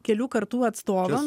kelių kartų atstovam